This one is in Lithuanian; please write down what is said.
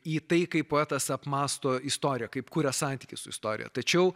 į tai kaip poetas apmąsto istoriją kaip kuria santykį su istorija tačiau